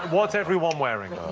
what's everyone wearing?